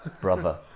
Brother